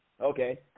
Okay